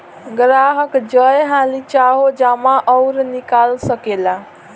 ग्राहक जय हाली चाहो जमा अउर निकाल सकेला